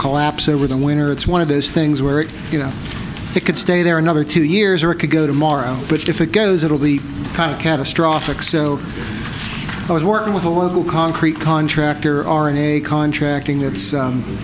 collapse over the winter it's one of those things where it you know it could stay there another two years or it could go tomorrow but if it goes it'll be kind of catastrophic so i was working with a workable concrete contractor are in a contracting that's